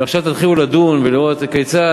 אם עכשיו תתחילו לדון ולראות כיצד,